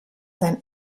sein